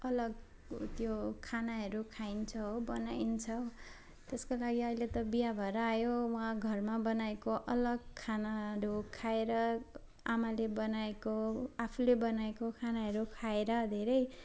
अलग उत्यो खानाहरू खाइन्छ हो बनाइन्छ त्यसको लागि अहिले त बिहा भएर आयो वहाँ घरमा बनाएको अलग खानाहरू खाएर आमाले बनाएको आफूले बनाएको खानाहरू खाएर धेरै